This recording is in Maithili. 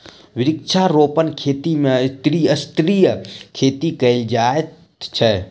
वृक्षारोपण खेती मे त्रिस्तरीय खेती कयल जाइत छै